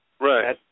Right